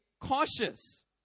cautious